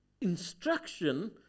instruction